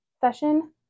session